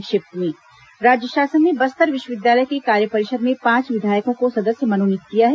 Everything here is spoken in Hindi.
संक्षिप्त समाचार राज्य शासन ने बस्तर विश्वविद्यालय के कार्य परिषद में पांच विधायकों को सदस्य मनोनीत किया है